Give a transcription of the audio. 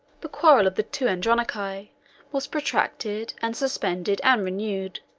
the quarrel of the two andronici was protracted, and suspended, and renewed,